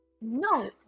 No